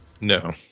No